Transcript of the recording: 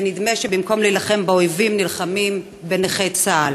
ונדמה שבמקום להילחם באויבים נלחמים בנכי צה"ל.